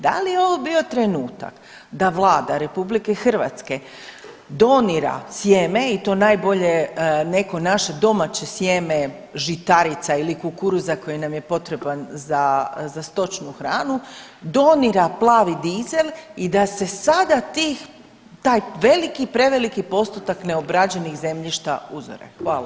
Da li je ovo bio trenutak da Vlada RH donira sjeme i to najbolje neko naše domaće sjeme žitarica ili kukuruza koji nam je potreban za, za stočnu hranu, donira plavi dizel i da se sada tih, taj veliki, preveliki postotak neobrađenih zemljišta uzore?